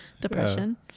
depression